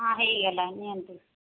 ହଁ ହେଇଗଲା ନିଅନ୍ତୁ